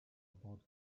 about